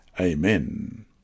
Amen